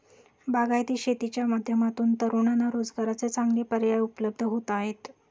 बागायती शेतीच्या माध्यमातून तरुणांना रोजगाराचे चांगले पर्याय उपलब्ध होत आहेत